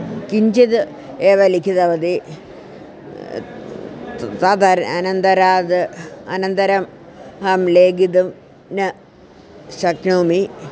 किञ्चिद् एव लिखितवती तद् अनन्तरम् अनन्तरम् अहं लेखितुं न शक्नोमि